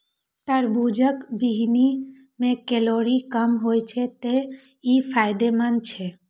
तरबूजक बीहनि मे कैलोरी कम होइ छै, तें ई फायदेमंद छै